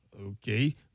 Okay